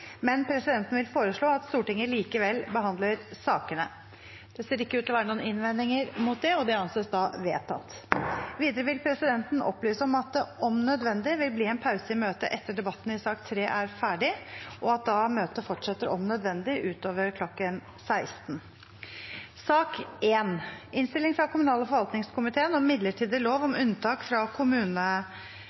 men presidenten vil foreslå at Stortinget likevel behandler sakene. – Det ser ikke ut til å være noen innvendinger mot det, og det anses vedtatt. Videre vil presidenten opplyse om at det om nødvendig vil bli en pause i møtet etter at debatten i sak nr. 3 er ferdig, og at møtet da om nødvendig fortsetter utover kl. 16.